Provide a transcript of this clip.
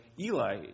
Eli